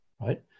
right